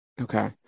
Okay